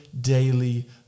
daily